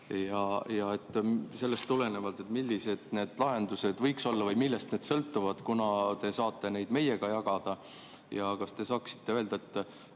Sellest tulenevalt: millised need lahendused võiksid olla või millest need sõltuvad? Kunas te saate neid meiega jagada? Ja kas te saaksite öelda,